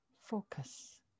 focus